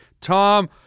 Tom